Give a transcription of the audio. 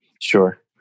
Sure